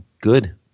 good